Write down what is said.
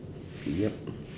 yup